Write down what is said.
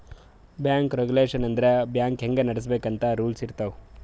bank regulation ಅಂದುರ್ bank ಹ್ಯಾಂಗ್ ನಡುಸ್ಬೇಕ್ ಅಂತ್ ರೂಲ್ಸ್ ಇರ್ತಾವ್